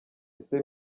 ese